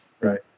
Right